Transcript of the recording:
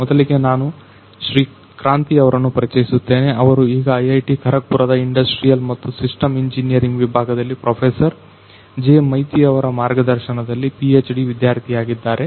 ಮೊದಲಿಗೆ ನಾನು ಶ್ರೀ ಕ್ರಾಂತಿ ಅವರನ್ನು ಪರಿಚಯಿಸುತ್ತೇನೆ ಅವರು ಈಗ ಐಐಟಿ ಖರಗ್ ಪುರದ ಇಂಡಸ್ಟ್ರಿಯಲ್ ಮತ್ತು ಸಿಸ್ಟಮ್ ಇಂಜಿನಿಯರಿಂಗ್ ವಿಭಾಗದಲ್ಲಿ ಪ್ರೊಫೆಸರ್ ಜೆ ಮೈತಿ ಅವರ ಮಾರ್ಗದರ್ಶನದಲ್ಲಿ ಪಿಎಚ್ ಡಿ ವಿದ್ಯಾರ್ಥಿಯಾಗಿದ್ದಾರೆ